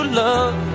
love